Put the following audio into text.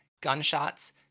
gunshots